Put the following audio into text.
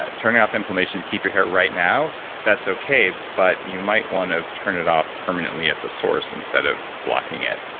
turning off inflammation to keep your hair right now that's okay, but you might want to turn it off permanently at the source instead of blocking it.